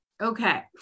Okay